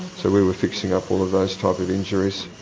so we were fixing up all of those types of injuries.